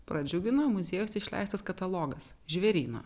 pradžiugino muziejaus išleistas katalogas žvėryno